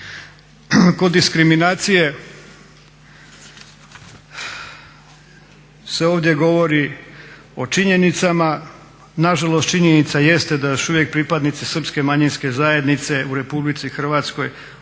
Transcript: Kod diskriminacije se ovdje govori o činjenicama. Nažalost činjenica jeste da još uvijek pripadnici Srpske manjinske zajednice u Republici Hrvatskoj